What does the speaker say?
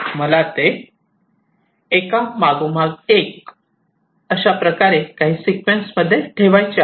मला ते एका मागोमाग एक अशा प्रकारे काही सिक्वेन्स मध्ये हे ठेवायचे आहे